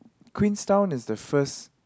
Queenstown is the first